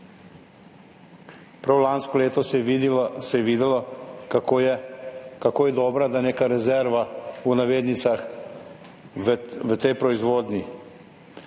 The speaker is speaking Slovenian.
Prav lansko leto se je videlo, kako dobro je, da je neka rezerva, v navednicah, v tej proizvodnji.